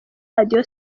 radio